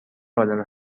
عالم